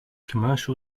commercial